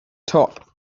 top